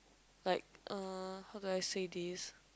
like uh how do I say this